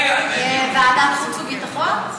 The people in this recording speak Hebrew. ועדת חוץ וביטחון?